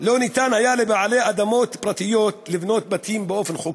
לא הייתה לבעלי אדמות פרטיות אפשרות לבנות בתים באופן חוקי.